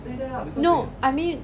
no I mean